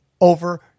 over